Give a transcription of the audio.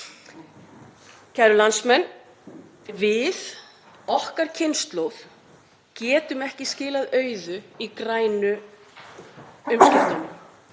Kæru landsmenn. Við, okkar kynslóð, getum ekki skilað auðu í grænu umskiptunum